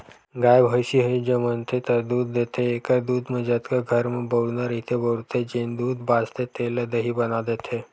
गाय, भइसी ह जमनथे त दूद देथे एखर दूद म जतका घर म बउरना रहिथे बउरथे, जेन दूद बाचथे तेन ल दही बना देथे